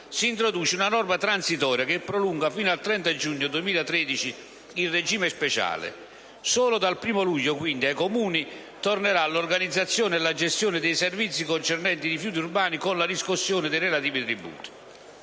si introduce una norma transitoria che prolunga fino al 30 giugno 2013 il regime speciale. Solo dal 1° luglio, quindi, ai Comuni tornerà l'organizzazione e la gestione dei servizi concernenti i rifiuti urbani, con la riscossione dei relativi tributi.